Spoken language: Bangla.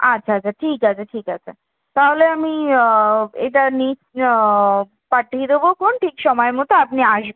আচ্ছা আচ্ছা ঠিক আছে ঠিক আছে তাহলে আমি এটা নিই পাঠিয়ে দেবোখন ঠিক সময় মতো আপনি আসবে